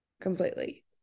Completely